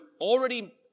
already